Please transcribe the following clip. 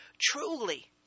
Truly